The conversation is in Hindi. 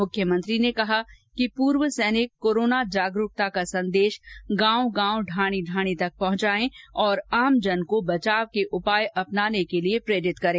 मुख्यमंत्री ने कहा कि पूर्व सैनिक कोरोना जागरूकता का संदेश गांव ढाणी तक पहुंचाएं और आमजन को बचाव के उपाय अपनाने के लिए प्रेरित करें